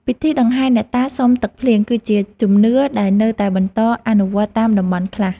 ពិធីដង្ហែអ្នកតាសុំទឹកភ្លៀង គឺជាជំនឿដែលនៅតែបន្តអនុវត្តតាមតំបន់ខ្លះ។